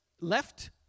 left